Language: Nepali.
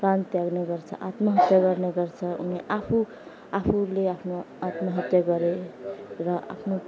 प्राण त्याग्ने गर्छ आत्महत्या गर्ने गर्छ उनी आफू आफूले आफ्नो आत्महत्या गरेर र आफ्नो